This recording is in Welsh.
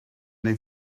neu